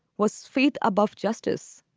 was feet above justice